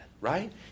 right